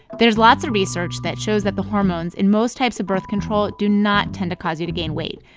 there's lots of research that shows that the hormones in most types of birth control do not tend to cause you to gain weight,